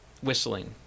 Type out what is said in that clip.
Whistling